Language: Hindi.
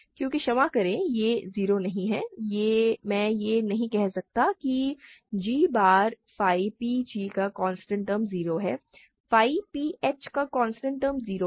चूंकि क्षमा करें यह 0 नहीं है मैं यह नहीं कह सकता कि g बार phi p g का कांस्टेंट टर्म 0 है phi p h का कांस्टेंट टर्म 0 है